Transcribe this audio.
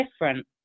different